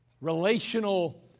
relational